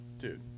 dude